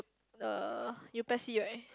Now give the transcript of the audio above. the you Pes C right